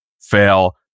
fail